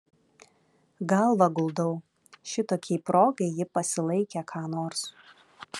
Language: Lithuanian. galvą guldau šitokiai progai ji pasilaikė ką nors